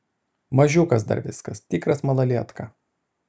mažiukas dar viskas tikras malalietka